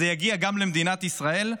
זה יגיע גם למדינת ישראל,